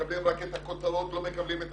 מקבלים רק את הכותרות ולא מקבלים את